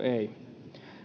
ei